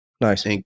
Nice